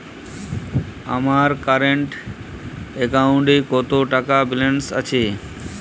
আমার কারেন্ট অ্যাকাউন্টে কত টাকা ব্যালেন্স আছে?